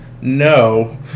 No